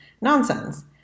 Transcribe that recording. nonsense